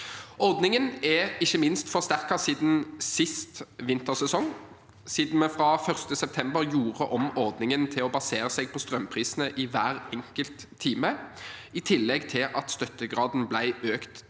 Ordningen er ikke minst forsterket siden sist vintersesong, siden vi fra 1. september gjorde om ordningen til å basere seg på strømprisene i hver enkelt time, i tillegg til at støttegraden ble økt til